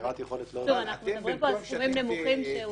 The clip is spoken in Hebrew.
אנחנו מדברים פה על סכומים נמוכים.